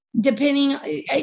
Depending